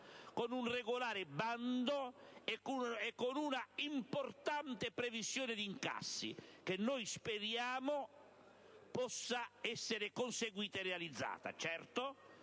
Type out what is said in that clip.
un regolare bando e un'importante previsione di incassi, che noi speriamo possa essere conseguita e realizzata.